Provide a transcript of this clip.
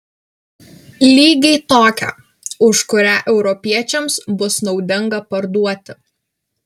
lygiai tokią už kurią europiečiams bus naudinga parduoti